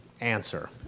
answer